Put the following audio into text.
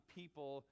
people